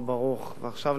ועכשיו לנושא עצמו.